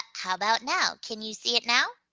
how about now? can you see it now?